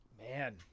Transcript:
man